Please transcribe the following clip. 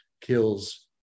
kills